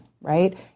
right